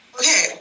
Okay